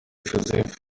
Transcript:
joseph